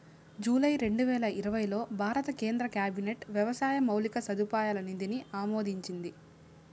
July రెండువేల ఇరవైలో భారత కేంద్ర క్యాబినెట్ వ్యవసాయ మౌలిక సదుపాయాల నిధిని ఆమోదించింది